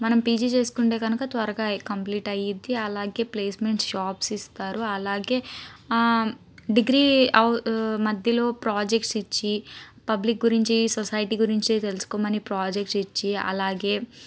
మనం పిజి చేసుకుంటే కనుక త్వరగా కంప్లీట్ అయితుంది అలాగే ప్లేస్మెంట్స్ జాబ్స్ ఇస్తారు అలాగే డిగ్రీ మధ్యలో ప్రాజెక్ట్స్ ఇచ్చి పబ్లిక్ గురించి సొసైటీ గురించి తెలుసుకోమని ప్రాజెక్ట్స్ ఇచ్చి అలాగే